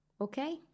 Okay